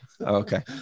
Okay